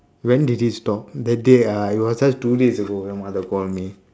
when did it stop that day uh it was just two days ago your mother call me